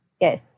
Yes